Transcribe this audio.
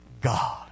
God